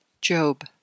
Job